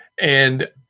And-